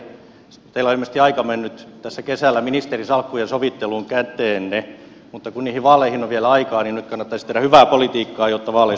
teillä on ilmeisesti aika mennyt tässä kesällä ministerisalkkujen sovitteluun käteenne mutta kun niihin vaaleihin on vielä aikaa niin nyt kannattaisi tehdä hyvää politiikkaa jotta vaaleissa pärjää